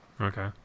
Okay